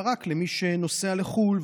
אלא רק למי שנוסע לחו"ל,